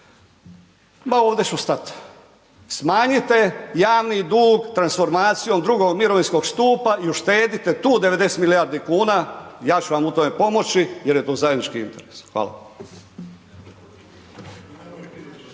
Ma ovdje ću stat, smanjite javni dug transformacijom drugog mirovinskog stupa i uštedite tu 90 milijardi kuna, ja ću vam u tome pomoći jer je to zajednički interes. Hvala.